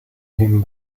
him